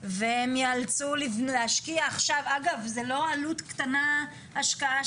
וחקלאים שנמצאים בתוך תהליך של